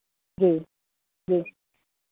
जी जी